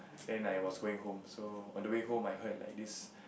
then I was going home so on the way home I heard like this